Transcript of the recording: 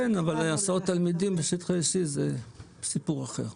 כן, אבל הסעות תלמידים בשטחי C, זה סיפור אחר.